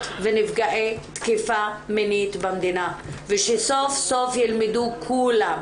ונפגעי תקיפה מינית במדינה ושסוף סוף ילמדו כולם,